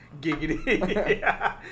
Giggity